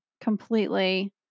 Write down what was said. completely